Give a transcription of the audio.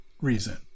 reason